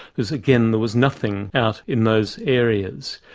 because again there was nothing out in those areas.